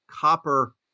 copper